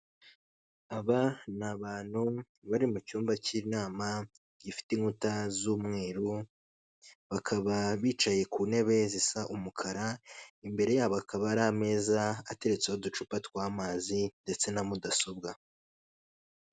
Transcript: Aba ni abantu bari mu cyumba cy'inama, gifite inkuta z'umweru, bakaba bicaye ku ntebe zisa umukara, imbere yabo hakaba hari ameza ateretseho uducupa tw'amazi ndetse na mudasobwa.